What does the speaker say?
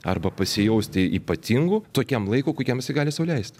arba pasijausti ypatingu tokiam laikui kokiam jisai gali sau leist